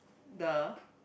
the